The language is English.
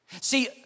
See